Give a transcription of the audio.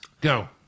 Go